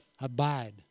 Abide